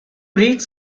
reads